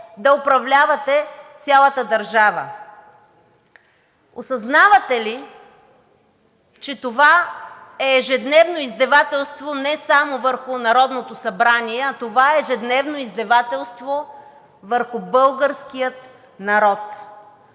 да управлявате цялата държава. Осъзнавате ли, че това е ежедневно издевателство не само върху Народното събрание, а това е ежедневно издевателство върху българския народ?